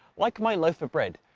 like my loaf of bread,